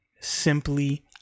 Simply